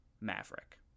Maverick